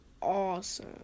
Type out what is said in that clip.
awesome